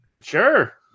Sure